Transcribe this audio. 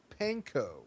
panko